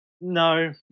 No